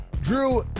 Drew